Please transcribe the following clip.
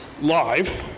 live